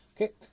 Okay